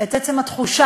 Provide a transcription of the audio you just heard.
את עצם התחושה.